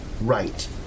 right